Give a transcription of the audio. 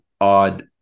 odd